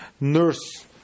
nurse